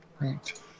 Right